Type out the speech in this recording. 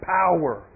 power